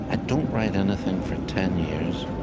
i don't write anything for ten years,